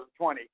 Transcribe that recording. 2020